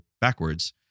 backwards